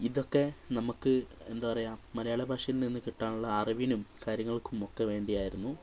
ഇതൊക്കെ നമുക്ക് എന്താ പറയുക മലയാള ഭാഷയിൽ നിന്ന് കിട്ടാനുള്ള അറിവിനും കാര്യങ്ങൾക്കുമൊക്കെ വേണ്ടിയായിരുന്നു